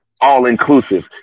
all-inclusive